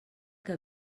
que